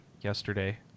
yesterday